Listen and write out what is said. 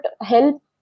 help